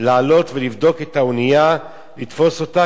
לעלות ולבדוק את האונייה ולתפוס אותה